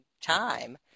time